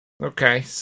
Okay